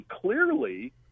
clearly